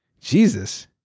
Jesus